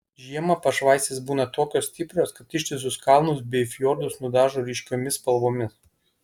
žiemą pašvaistės būna tokios stiprios kad ištisus kalnus bei fjordus nudažo ryškiomis spalvomis